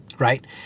Right